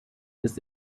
ist